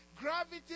Gravity